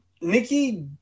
Nikki